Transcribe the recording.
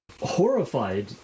horrified